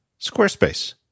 Squarespace